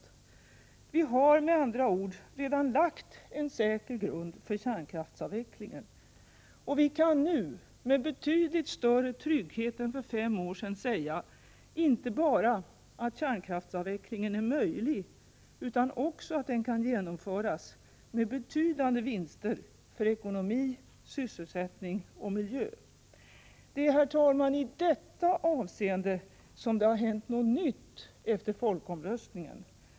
Vi har med andra ord redan lagt en säker grund för kärnkraftsavvecklingen. Och vi kan nu, med betydligt större trygghet än för fem år sedan, säga inte bara att kärnkraftsavvecklingen är möjlig utan också att den kan genomföras med betydande vinster för ekonomi, sysselsättning och miljö. Det är, herr talman, i detta avseende det har hänt något nytt efter folkomröstningen.